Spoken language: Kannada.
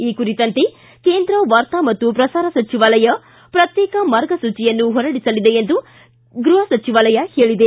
ಈ ಕುರಿತಂತೆ ಕೇಂದ್ರ ವಾರ್ತಾ ಮತ್ತು ಪ್ರಸಾರ ಸಚಿವಾಲಯ ಪ್ರತ್ಯೇಕ ಮಾರ್ಗಸೂಚಿಯನ್ನು ಹೊರಡಿಸಲಿದೆ ಎಂದು ಗೃಹ ಸಚಿವಾಲಯ ಹೇಳಿದೆ